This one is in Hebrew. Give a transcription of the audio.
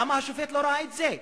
למה השופט לא ראה את זה?